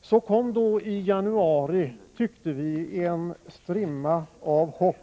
Så kom då i januari, tyckte vi, en strimma av hopp